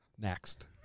next